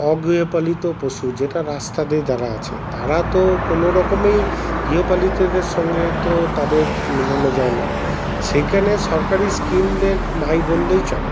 অগৃহপালিত পশু যেটা রাস্তাতে যারা আছে তারা তো কোনো রকমেই গৃহপালিতদের সঙ্গে তো তাদের মেলানো যায় না সেইকানে সরকারি স্কিমদের নাই বললেই চলে